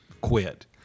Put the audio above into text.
quit